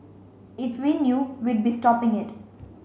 if we knew we'd be stopping it